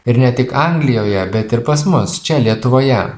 ir ne tik anglijoje bet ir pas mus čia lietuvoje